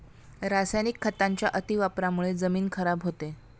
रासायनिक खतांच्या अतिवापरामुळे जमीन खराब होते